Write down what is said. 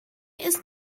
ist